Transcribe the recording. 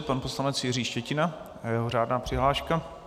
Pan poslanec Jiří Štětina a jeho řádná přihláška.